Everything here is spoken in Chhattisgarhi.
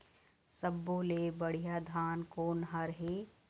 सब्बो ले बढ़िया धान कोन हर हे?